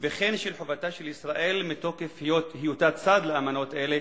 וכן של חובתה של ישראל מתוקף היותה צד לאמנות אלה